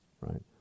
right